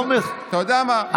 אבל הוא אומר שקר.